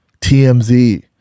TMZ